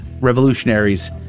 revolutionaries